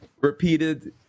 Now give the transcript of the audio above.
repeated